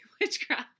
witchcraft